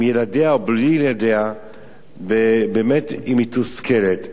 ילדיה או בלי ילדיה ובאמת היא מתוסכלת.